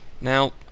Now